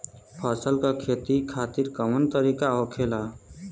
फसल का खेती खातिर कवन तरीका होखेला?